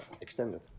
extended